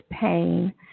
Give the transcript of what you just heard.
pain